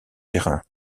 terrain